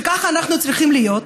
שככה אנחנו צריכים להיות,